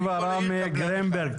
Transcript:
בהקראה.